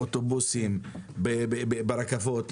באוטובוסים, ברכבות.